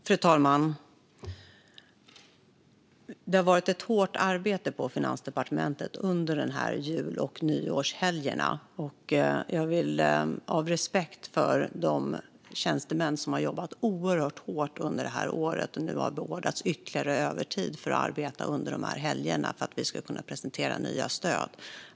Fru talman! Det har varit ett hårt arbete på Finansdepartementet under jul och nyårshelgerna. Jag vill ha respekt för de tjänstemän som har jobbat oerhört hårt under det gångna året och nu har beordrats ytterligare övertid för att arbeta under helgerna för att vi ska kunna presentera nya stöd.